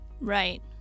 right